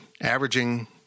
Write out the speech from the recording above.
averaging